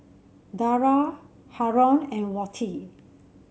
Dara Haron and Wati